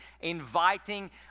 inviting